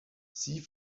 sie